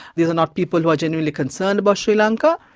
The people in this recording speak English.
these are not people who are generally concerned about sri lanka'.